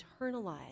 internalize